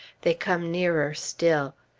they come nearer still.